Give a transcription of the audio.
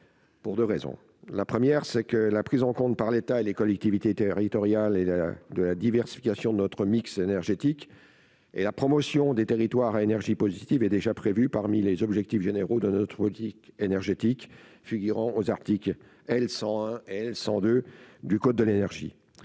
pour 2 raisons : la première, c'est que la prise en compte par l'État et les collectivités territoriales et de la diversification de notre mix énergétique et la promotion des territoires à énergie positive est déjà prévu parmi les objectifs généraux dans notre politique énergétique figurant aux articles L. 101 L 102 du code de l'énergie,